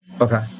Okay